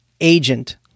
agent